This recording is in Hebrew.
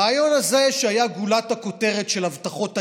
הרעיון הזה, שהיה גולת הכותרת של הבטחות הימין,